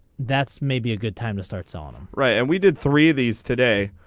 that's maybe a good time to starts on right and we did three these today.